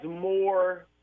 more